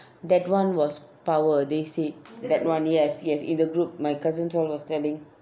that one was power they said that one yes yes in the group my cousins all was telling